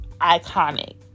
iconic